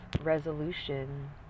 resolution